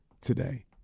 today